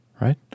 Right